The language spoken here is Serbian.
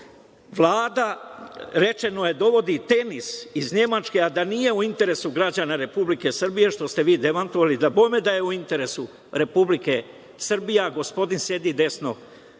rečeno je, dovodi „Tenis“ iz Nemačke, ali nije u interesu građana Republike Srbije, što ste vi demantovali. Dabome da je u interesu Republike Srbije, a gospodin sedi desno